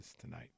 tonight